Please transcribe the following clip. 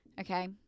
Okay